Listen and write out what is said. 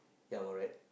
yeah I'm alright